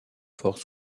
forts